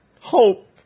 Hope